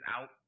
out